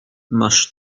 masz